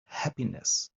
happiness